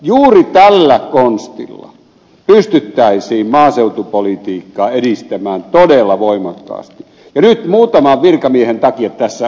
juuri tällä konstilla pystyttäisiin maaseutupolitiikkaa edistämään todella voimakkaasti ja nyt muutaman virkamiehen takia tässä ollaan